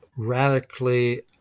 Radically